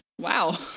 wow